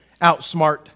outsmart